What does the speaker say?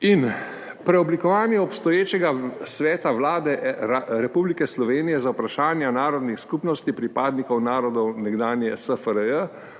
in preoblikovanje obstoječega Sveta Vlade Republike Slovenije za vprašanja narodnih skupnosti pripadnikov narodov nekdanje SFRJ